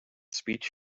speech